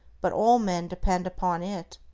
but all men depend upon it.